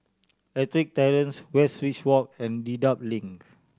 Ettrick Terrace Westridge Walk and Dedap Link